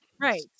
right